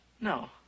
no